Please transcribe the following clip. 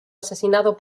asesinado